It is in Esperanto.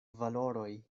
valoroj